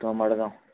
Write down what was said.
तो मडगांव